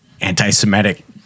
anti-Semitic